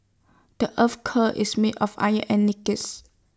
the Earth's core is made of iron and nickels